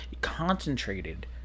concentrated